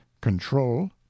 control